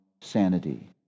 sanity